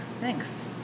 Thanks